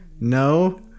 No